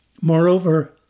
Moreover